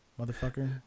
motherfucker